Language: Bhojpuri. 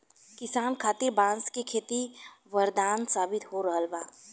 किसान खातिर बांस के खेती वरदान साबित हो रहल बा